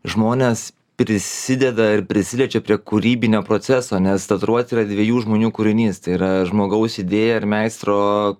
žmonės prisideda ir prisiliečia prie kūrybinio proceso nes tatuiruotė yra dviejų žmonių kūrinys tai yra žmogaus idėja ir meistro